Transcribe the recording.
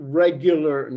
regular